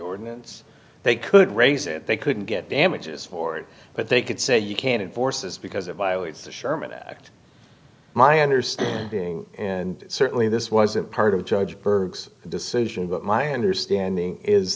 ordinance they could raise it they couldn't get damages for it but they could say you can't enforce this because it violates the sherman act my understanding and certainly this wasn't part of judge burke's decision but my understanding is